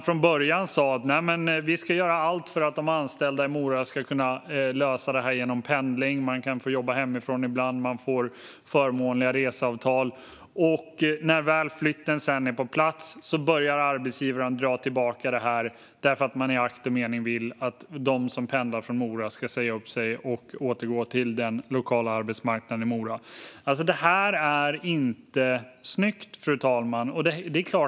Från början sa man att man skulle göra allt för att de anställda i Mora skulle kunna lösa detta genom pendling, att få jobba hemifrån ibland eller få förmånliga reseavtal, men när väl flytten hade skett började arbetsgivaren dra tillbaka detta för att man ville att de som pendlade från Mora skulle säga upp sig och återgå till den lokala arbetsmarknaden i Mora. Detta är inte snyggt, fru talman!